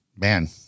man